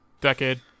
Decade